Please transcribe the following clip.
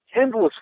endless